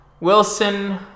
Wilson